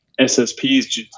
SSPs